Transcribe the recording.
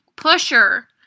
Pusher